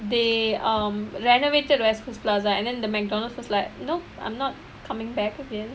they um renovated west coast plaza and then the McDonald's was like nop I'm not coming back again